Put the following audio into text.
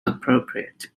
appropriate